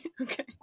Okay